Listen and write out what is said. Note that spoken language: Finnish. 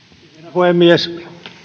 puhemies